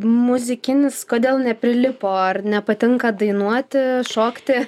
muzikinis kodėl neprilipo ar nepatinka dainuoti šokti